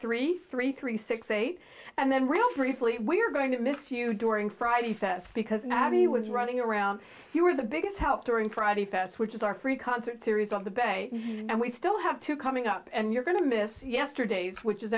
three three three six eight and then real briefly we are going to miss you during friday fest because now he was running around you were the biggest help during friday fest which is our free concert series on the bay and we still have to coming up and you're going to miss yesterday's which is